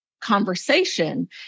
conversation